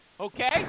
Okay